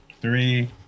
three